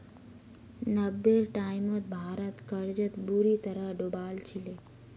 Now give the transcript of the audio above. नब्बेर टाइमत भारत कर्जत बुरी तरह डूबाल छिले